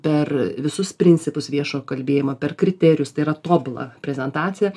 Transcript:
per visus principus viešojo kalbėjimo per kriterijus tai yra tobulą prezentaciją